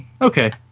Okay